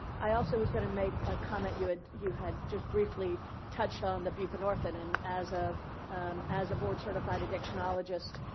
i also was going to make a comment. you had you had just briefly touched on the buprenorphine. and as ah as a board certified addictionologist,